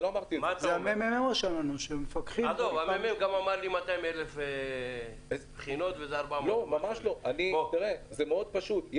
גם אמר 200,000 בחינות ומדובר ב-400,000 בחינות.